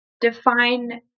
define